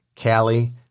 Callie